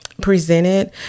presented